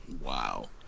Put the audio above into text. Wow